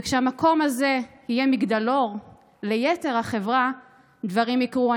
כשהמקום הזה יהיה מגדלור ליתר החברה דברים יקרו.